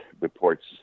reports